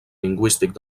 lingüístic